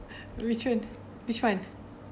which [one] which [one]